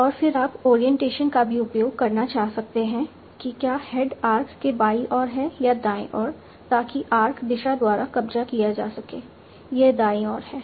और फिर आप ओरियंटेशन का भी उपयोग करना चाह सकते हैं कि क्या हेड आर्क के बाईं ओर है या दाएं ओर ताकि आर्क दिशा द्वारा कब्जा किया जा सके यह दाईं ओर है